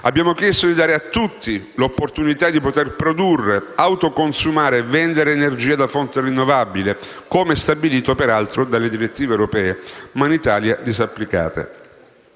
Abbiamo chiesto di dare a tutti l'opportunità di poter produrre, autoconsumare e vendere energia da fonte rinnovabile, come stabilito dalle direttive europee, disapplicate